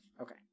Okay